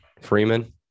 Freeman